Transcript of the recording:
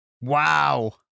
Wow